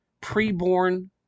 Pre-born